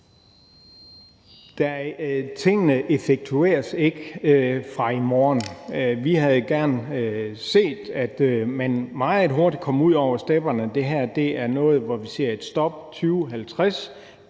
Tingene effektueres ikke fra i morgen. Vi havde gerne set, at man meget hurtigt kom ud over stepperne. Det her betyder, at der sker et stop i 2050,